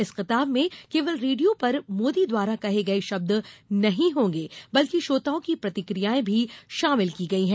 इस किताब में केवल रेडियो पर मोदी द्वारा कहे गए शब्द नहीं होंगे बल्कि श्रोताओं की प्रतिक्रियाएं भी शामिल की गई हैं